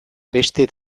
beste